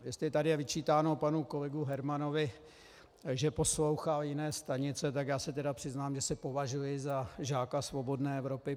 Jestli tady je vyčítáno panu kolegovi Hermanovi, že poslouchal jiné stanice, tak já se tedy přiznám, že se považuji za žáka Svobodné Evropy.